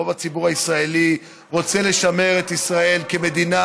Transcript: ורוב הציבור הישראלי רוצה לשמר את ישראל כמדינה,